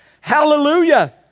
Hallelujah